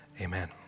amen